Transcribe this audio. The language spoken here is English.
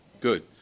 Good